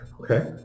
Okay